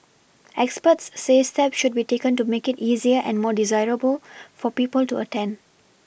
experts say steps should be taken to make it easier and more desirable for people to attend